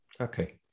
Okay